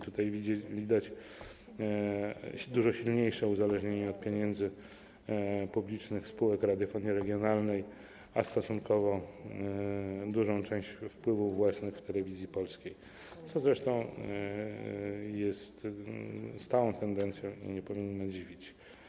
Tutaj widać dużo silniejsze uzależnienie od pieniędzy publicznych spółek radiofonii regionalnej, a stosunkowo dużą część wpływów własnych w Telewizji Polskiej, co zresztą jest stałą tendencją i nie powinno dziwić.